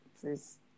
please